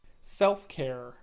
Self-care